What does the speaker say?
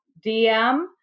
DM